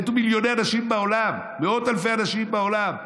מתו מיליוני אנשים בעולם, מאות אלפי אנשים בעולם.